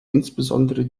insbesondere